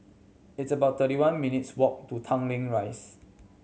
it's about thirty one minutes' walk to Tanglin Rise